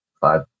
five